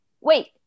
Wait